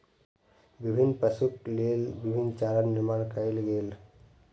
विभिन्न पशुक लेल विभिन्न चारा निर्माण कयल गेल